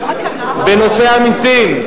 בנושא המסים,